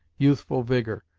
youthful vigour,